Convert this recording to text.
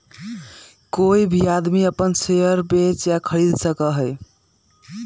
कोई भी आदमी अपन शेयर बेच या खरीद सका हई